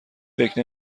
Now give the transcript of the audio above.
فکر